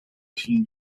team